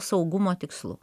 saugumo tikslu